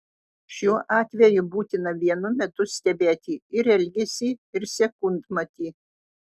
šiuo atveju būtina vienu metu stebėti ir elgesį ir sekundmatį